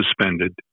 suspended